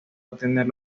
obtener